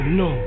no